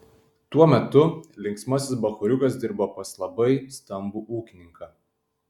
tuo metu linksmasis bachūriukas dirbo pas labai stambų ūkininką